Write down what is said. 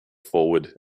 forward